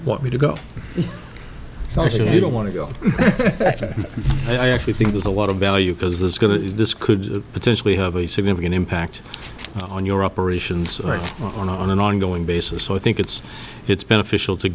want me to go so if you don't want to go i actually think there's a lot of value because this is going to this could potentially have a significant impact on your operations on an ongoing basis so i think it's it's beneficial to